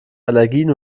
allergien